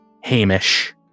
Hamish